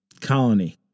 colony